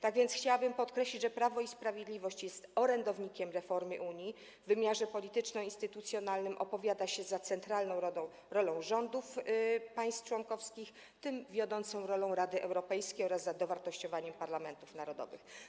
Tak więc chciałabym podkreślić, że Prawo i Sprawiedliwość jest orędownikiem reformy Unii, w wymiarze polityczno-instytucjonalnym opowiada się za centralną rolą rządów państw członkowskich, w tym wiodącą rolą Rady Europejskiej, oraz za dowartościowaniem parlamentów narodowych.